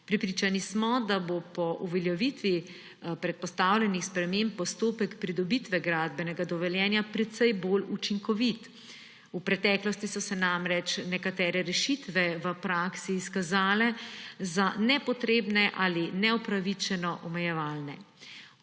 Prepričani smo, da bo po uveljavitvi predpostavljenih sprememb postopek pridobitve gradbenega dovoljenja precej bolj učinkovit. V preteklosti so se namreč nekatere rešitve v praksi izkazale za nepotrebne ali neupravičeno omejevalne.